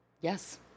Yes